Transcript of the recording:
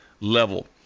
level